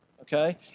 okay